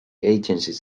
agencies